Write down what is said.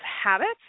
habits